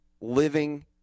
living